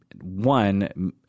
one